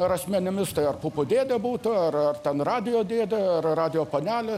ar asmenimis tai ar pupų dėdė būtų ar ar ten radijo dėdė ar radijo panelė